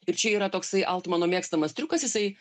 ir čia yra toksai altmano mėgstamas triukas jisai